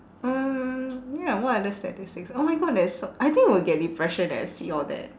mm ya what other statistics oh my god there is so I think will get depression eh see all that